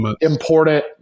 important